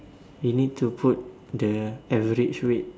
you need to put the average weight